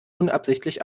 unabsichtlich